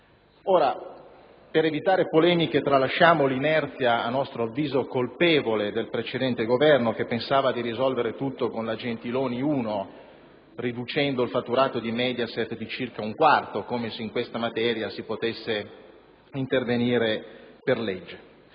Ora, per evitare polemiche, tralasciamo l'inerzia (a nostro avviso colpevole) del precedente Governo, che pensava di risolvere tutto con la prima legge Gentiloni riducendo il fatturato di Mediaset di circa un quarto, come se in questa materia si potesse intervenire per legge.